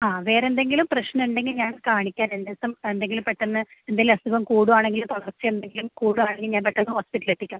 ആ വേറെ എന്തെങ്കിലും പ്രശ്നം ഉണ്ടെങ്കിൽ ഞാൻ കാണിക്കാം രണ്ട് ദിവസം എന്തെങ്കിലും പെട്ടെന്ന് എന്തെങ്കിലും അസുഖം കൂടുവാണെങ്കിൽ തളർച്ചയുണ്ടെങ്കിൽ കൂടുവാണെങ്കിൽ ഞാൻ പെട്ടെന്ന് ഹോസ്പിറ്റലിൽ എത്തിക്കാം